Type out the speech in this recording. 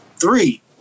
three